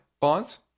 bonds